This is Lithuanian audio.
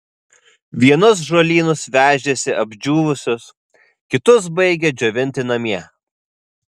vienus žolynus vežėsi apdžiūvusius kitus baigė džiovinti namie